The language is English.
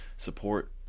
support